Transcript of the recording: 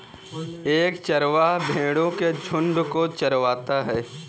एक चरवाहा भेड़ो के झुंड को चरवाता है